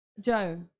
Joe